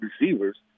receivers